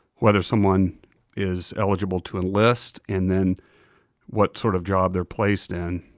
whether someone is eligible to enlist and then what sort of job they're placed in.